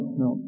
no